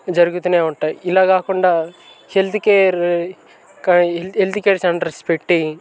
జరుగుతు ఉంటాయి ఇలా కాకుండా health care health care centres పెట్టి